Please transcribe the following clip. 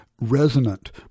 resonant